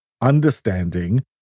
understanding